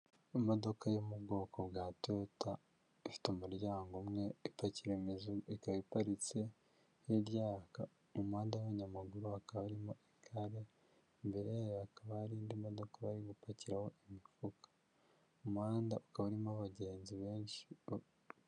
Imodoka yo mu bwoko bwa Toyota, ifite umuryango umwe, ipakira imizigo, ikaba iparitse, hirya yaho mu muhanda w'abanyamaguru hakaba harimo igare, imbere yayo hakaba hari indi modoka bari gupakiraho imifuka, umuhanda ukaba urimo abagenzi benshi.